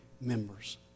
members